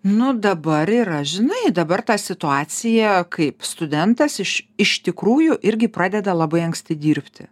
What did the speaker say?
nu dabar yra žinai dabar ta situacija kaip studentas iš iš tikrųjų irgi pradeda labai anksti dirbti